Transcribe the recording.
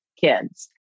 kids